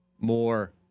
more